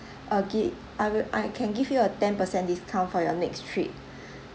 uh give I will I can give you a ten percent discount for your next trip